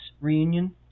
reunion